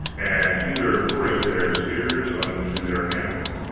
and either brake their spears unto their hands,